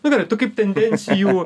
nu gerai tu kaip tendencijų